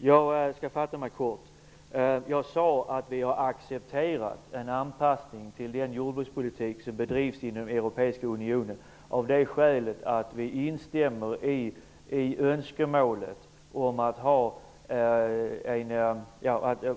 Herr talman! Jag skall fatta mig kort. Jag sade att vi har accepterat en anpassning till den jordbrukspolitik som bedrivs inom Europeiska unionen av det skälet att vi instämmer i önskemålet att få